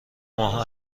ماه